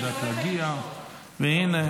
היא יודעת להגיע, והינה.